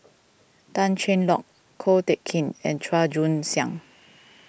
Tan Cheng Lock Ko Teck Kin and Chua Joon Siang